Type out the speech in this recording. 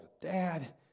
Dad